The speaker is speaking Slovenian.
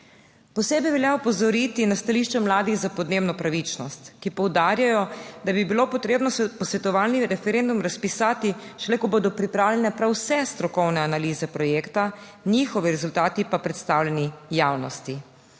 Posebej velja opozoriti na stališče Mladih za podnebno pravičnost, ki poudarjajo, da bi bilo potrebno posvetovalni referendum razpisati šele, ko bodo pripravljene prav vse strokovne analize projekta, njihovi rezultati pa predstavljeni javnosti.